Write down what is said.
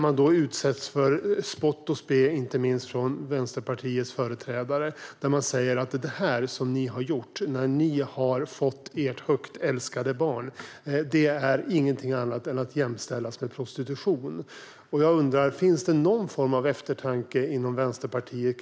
Man utsätts då för spott och spe, inte minst från Vänsterpartiets företrädare. De säger att det som ni har gjort för att få ert högt älskade barn är ingenting annat än att jämställa med prostitution. Jag undrar: Finns det någon form av eftertanke inom Vänsterpartiet?